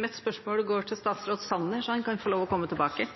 Mitt spørsmål går til statsråd Sanner, så han kan få lov til å komme tilbake!